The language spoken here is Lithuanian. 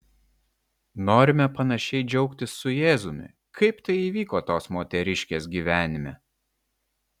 norime panašiai džiaugtis su jėzumi kaip tai įvyko tos moteriškės gyvenime